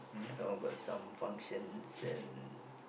I know got some functions and